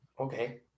Okay